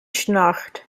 schnarcht